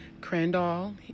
Crandall